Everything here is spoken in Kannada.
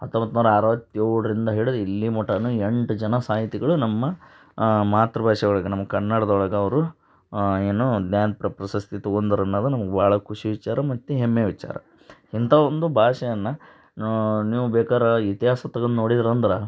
ಹತ್ತೊಂಬತ್ತು ನೂರ ಅರುವತ್ತೇಳರಿಂದ ಹಿಡ್ದು ಇಲ್ಲಿ ಮಟನೂ ಎಂಟು ಜನ ಸಾಹಿತಿಗಳು ನಮ್ಮ ಮಾತೃಭಾಷೆ ಒಳಗೆ ನಮ್ಮ ಕನ್ನಡ್ದೊಳಗೆ ಅವರು ಏನು ಜ್ಞಾನಪೀಠ ಪ್ರಶಸ್ತಿ ತೊಗೊಂಡರ್ ಅನ್ನೋದು ನಮಗೆ ಭಾಳ ಖುಷಿ ವಿಚಾರ ಮತ್ತು ಹೆಮ್ಮೆಯ ವಿಚಾರ ಇಂಥ ಒಂದು ಭಾಷೆಯನ್ನು ನೀವು ಬೇಕಾರೆ ಇತಿಹಾಸ ತೆಗೆದ್ ನೋಡಿದ್ರಿ ಅಂದ್ರೆ